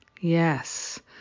Yes